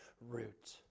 root